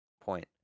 point